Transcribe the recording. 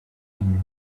and